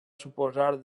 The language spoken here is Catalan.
suposar